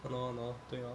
!hannor! !hannor! 对 orh